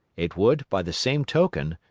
it would, by the same token,